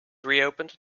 reopened